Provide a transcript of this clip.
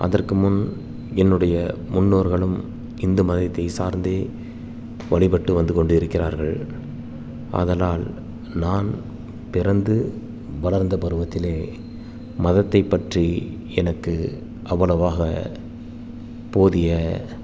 அதற்கு முன் என்னுடைய முன்னோர்களும் இந்து மதத்தைச் சார்ந்தே வழிப்பட்டு வந்துக் கொண்டிருக்கிறார்கள் ஆதலால் நான் பிறந்து வளர்ந்த பருவத்தில் மதத்தைப் பற்றி எனக்கு அவ்வளவாக போதிய